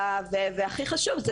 והכי חשוב הוא,